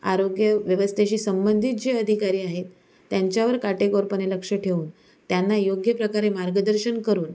आरोग्यव्यवस्थेशी संबंधित जे अधिकारी आहेत त्यांच्यावर काटेकोरपणे लक्ष ठेऊन त्यांना योग्य प्रकारे मार्गदर्शन करून